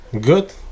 Good